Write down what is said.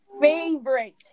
favorite